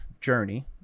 journey